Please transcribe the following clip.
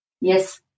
Yes